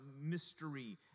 mystery